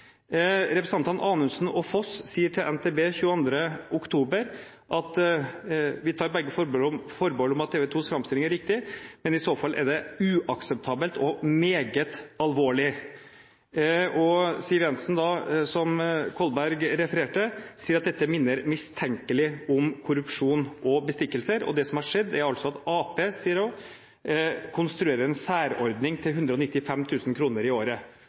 Representantene Anundsen og Foss sier til NTB 22. oktober at vi tar «begge forbehold om at TV 2s fremstilling er riktig», men «i så fall er det uakseptabelt» og «meget alvorlig.» Og Siv Jensen, som Kolberg refererte, sier at dette «minner mistenkelig om korrupsjon og bestikkelser». Og hun sier at det «som har skjedd her, er altså at Arbeiderpartiet konstruerer en særordning til 195 000 kr i året».